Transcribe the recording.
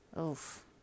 Oof